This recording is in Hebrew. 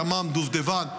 ימ"מ ודובדבן,